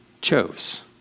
chose